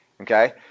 Okay